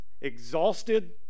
exhausted